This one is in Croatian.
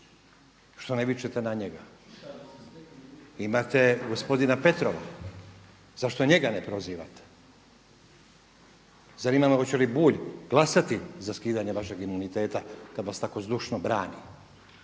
se ne čuje./… Imate gospodina Petrova, zašto njega ne prozivate? Zanima me hoće li Bulj glasati za skidanje vašeg imuniteta kada vas tako zdušno brani.